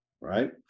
right